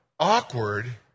Awkward